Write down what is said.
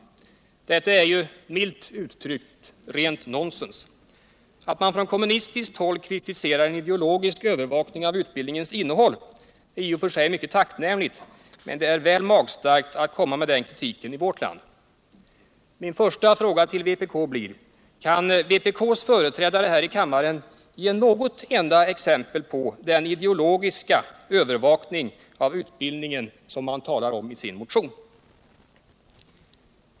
Detta är ju —- milt uttryckt —- rent nonsens. Att man — Nr 150 från kommunistiskt håll kritiserar en ideologisk övervakning av utbild Onsdagen den ningens innehåll är i och för sig mycket tacknämligt, men det är väl magstarkt 24 maj 1978 att komma med den kritiken i vårt land. Min första fråga till vpk blir: Kan vpk:s företrädare här i kammaren ge något enda exempel på den ideologiska övervakning av utbildningen som man talar om i sin motion?